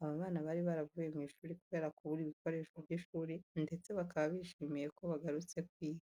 Aba bana bari baravuye mu ishuri kubera kubura ibikoresho by'ishuri ndetse bakaba bishimiye ko bagarutse kwiga.